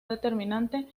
determinante